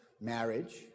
marriage